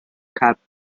capped